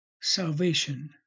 salvation